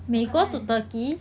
我刚才